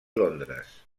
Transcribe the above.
londres